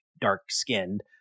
dark-skinned